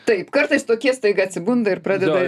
taip kartais tokie staiga atsibunda ir pradeda